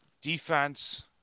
Defense